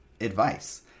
advice